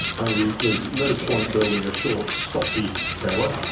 i. e. there's no point building a short, stocky tower,